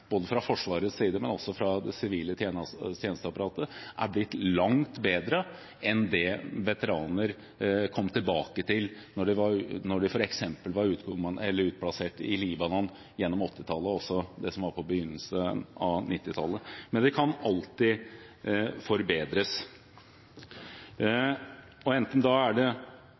både fra Forsvarets side og fra det sivile tjenesteapparatet, er blitt langt bedre enn det veteraner kom tilbake til etter at de hadde vært utplassert i Libanon gjennom 1980-tallet og på begynnelsen av 1990-tallet. Men det kan alltid forbedres, enten det er